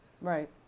Right